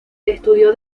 estudió